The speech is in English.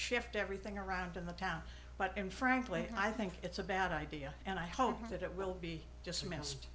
shift everything around in the town but in frankly i think it's a bad idea and i hope that it will be just missed